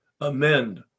Amend